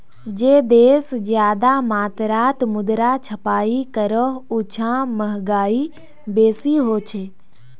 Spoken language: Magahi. जे देश ज्यादा मात्रात मुद्रा छपाई करोह उछां महगाई बेसी होछे